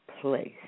place